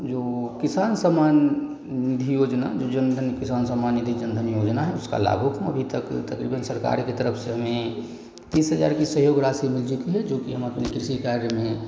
जो किसान सम्मान निधि योजना जो जन धन किसान सम्मान निधि जन धन योजना है उसका लाभूक अभी तक तकरीबन सरकार के तरफ से हमें तीस हज़ार की सहयोग राशिमिल चुकी है जो कि हम अपने किसी कार्य में